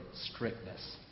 strictness